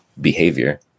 behavior